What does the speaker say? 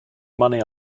money